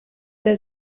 der